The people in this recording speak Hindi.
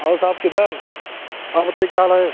और सब किधर और बताइए क्या हाल है